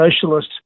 socialist